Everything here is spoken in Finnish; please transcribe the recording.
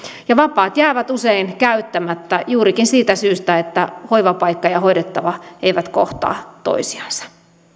vapaat jäävät usein käyttämättä juurikin siitä syystä että hoivapaikka ja ja hoidettava eivät kohtaa toisiansa